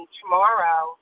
tomorrow